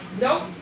nope